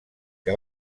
què